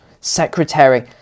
secretary